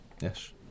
Yes